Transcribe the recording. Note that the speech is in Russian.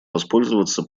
воспользоваться